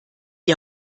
die